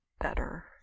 better